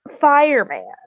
fireman